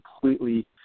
completely